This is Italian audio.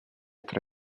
tra